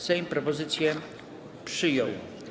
Sejm propozycję przyjął.